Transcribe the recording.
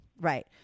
Right